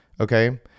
Okay